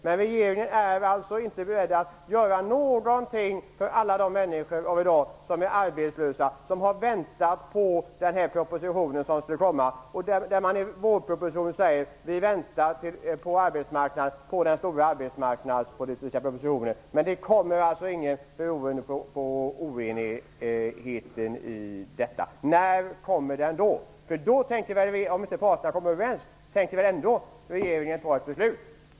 Men regeringen är alltså inte beredd att göra någonting för alla de människor som i dag är arbetslösa, som har väntat på den proposition som skulle komma. I vårpropositionen sade man att vi väntar på den stora arbetsmarknadspolitiska propositionen. Nu kommer det alltså ingen, beroende på den här oenigheten. När kommer den då? Om inte parterna kommer överens, då tänker väl ändå regeringen fatta ett beslut?